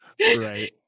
right